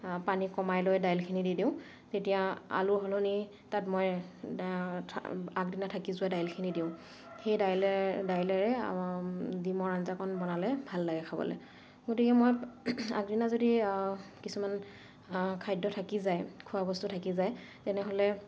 পানী কমাই লৈ দাইলখিনি দি দিওঁ তেতিয়া আলুৰ সলনি তাত মই আগদিনা থাকি যোৱা দাইলখিনি দিওঁ সেই দাইলে দাইলেৰে ডিমৰ আঞ্জাকণ বনালে ভাল লাগে খাবলৈ গতিকে মই আগদিনা যদি কিছুমান খাদ্য থাকি যায় খোৱাবস্তু থাকি যায় তেনেহ'লে